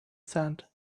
sand